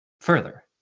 further